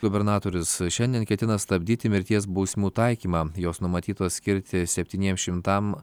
gubernatorius šiandien ketina stabdyti mirties bausmių taikymą jos numatytos skirti septyniem šimtam